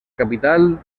capital